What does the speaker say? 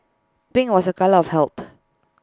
pink was A colour of health